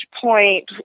point